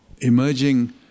emerging